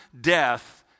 death